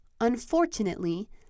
Unfortunately